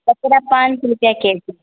کتلا پانچ روپیہ کے جی